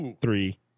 three